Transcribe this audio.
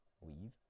Weave